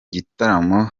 gitaramo